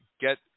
get